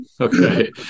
okay